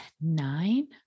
nine